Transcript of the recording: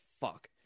fuck